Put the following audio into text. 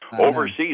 Overseas